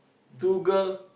two girl